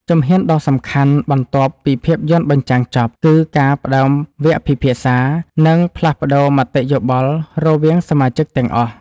ជំហានដ៏សំខាន់បន្ទាប់ពីភាពយន្តបញ្ចាំងចប់ គឺការផ្ដើមវគ្គពិភាក្សា និងផ្លាស់ប្តូរមតិយោបល់រវាងសមាជិកទាំងអស់។